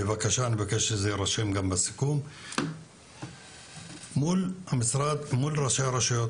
בבקשה תשבו מול ראשי הרשויות,